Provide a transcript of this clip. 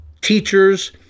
teachers